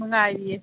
ꯅꯨꯡꯉꯥꯏꯔꯤꯌꯦ